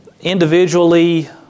individually